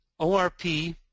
ORP